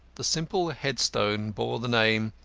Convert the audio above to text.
the simple headstone bore the name,